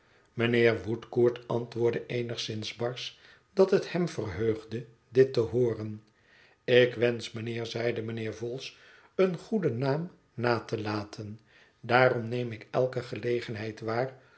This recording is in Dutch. mijnheer woodcourt antwoordde eenigszins barsch dat het hem verheugde dit te hooren ik wensch mijnheer zeide mijnheer vholes een goeden naam na te laten daarom neem ik elke gelegenheid waar